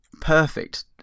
perfect